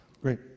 Great